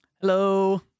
Hello